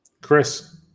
Chris